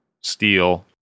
steel